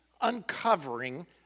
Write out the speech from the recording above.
uncovering